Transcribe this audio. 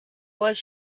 was